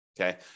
okay